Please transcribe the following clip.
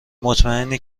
مطمئنی